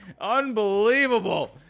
Unbelievable